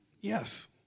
Yes